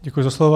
Děkuji za slovo.